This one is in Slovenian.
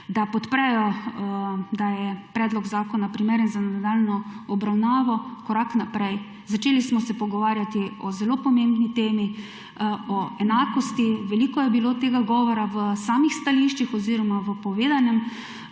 da podprejo, da je predlog zakona primeren za nadaljnjo obravnavo, korak naprej. Začeli smo se pogovarjati o zelo pomembni temi, o enakosti, veliko je bilo tega govora v samih stališčih oziroma v povedanem,